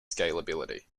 scalability